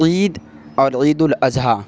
عید اور عید الاضحیٰ